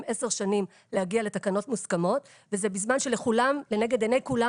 10 שנים להגיע לתקנות מוסכמות וזה בזמן שלנגד עיני כולם